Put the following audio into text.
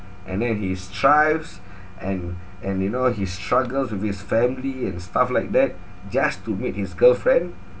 and then he strives and and you know he struggles with his family and stuff like that just to meet his girlfriend